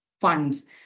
funds